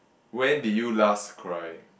when did you last cry